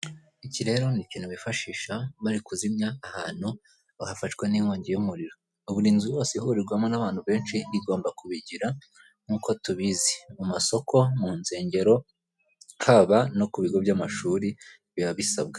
Iki rero ni ikintu bifashisha bari kuzimya ahantu hafashwe n'inkongi y'umuriro, buri nzu yose ihurirwamo n'abantu benshi igomba kubigira nk'uko tubizi, mu masoko, mu nsengero, haba no ku bigo by'amashuri biba bisabwa.